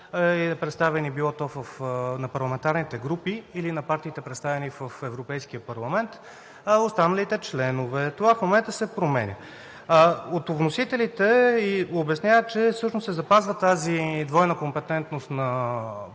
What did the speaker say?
представени от парламентарните групи, или на партиите, представени от Европейския парламент, и това в момента се променя. От вносителите обясняват, че всъщност се запазва тази двойна компетентност на парламент и